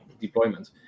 deployment